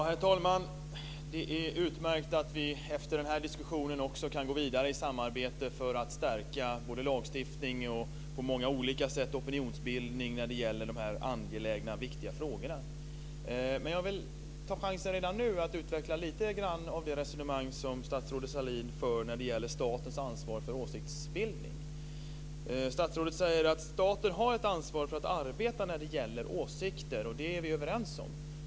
Herr talman! Det är utmärkt att vi efter den här diskussionen också kan gå vidare i samarbete för att stärka både lagstiftning och på många olika sätt opinionsbildning när det gäller de här angelägna och viktiga frågorna. Jag vill ta chansen redan nu att utveckla lite av det resonemang som statsrådet Sahlin för när det gäller statens ansvar för åsiktsbildning. Statsrådet säger att staten har ett ansvar för att arbeta när det gäller åsikter, och det är vi överens om.